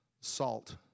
salt